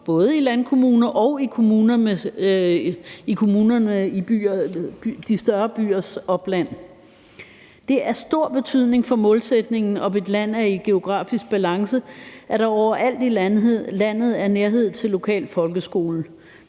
både i landkommuner og i kommuner i de større byers opland. Det er af stor betydning for målsætningen om, at et land er i geografisk balance, at der overalt i landet er nærhed til den lokale folkeskole.